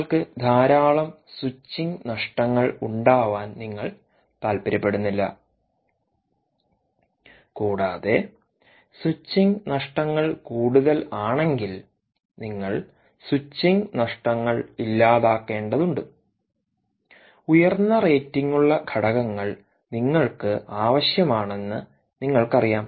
നിങ്ങൾക്ക് ധാരാളം സ്വിച്ചിംഗ് നഷ്ടങ്ങൾ ഉണ്ടാവാൻ നിങ്ങൾ താൽപ്പര്യപ്പെടുന്നില്ല കൂടാതെ സ്വിച്ചിംഗ് നഷ്ടങ്ങൾ കൂടുതലാണെങ്കിൽ നിങ്ങൾ സ്വിച്ചിംഗ് നഷ്ടങ്ങൾ ഇല്ലാതാക്കേണ്ടതുണ്ട് ഉയർന്ന റേറ്റിംഗുള്ള ഘടകങ്ങൾ നിങ്ങൾക്കാവശ്യമാണെന്ന് നിങ്ങൾക്കറിയാം